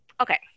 Okay